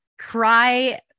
cry